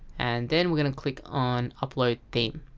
and then we're gonna click on upload theme